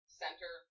center